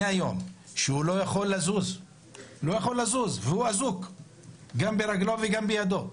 שהוא לא יכול לזוז והוא אזוק גם ברגלו וגם בידו.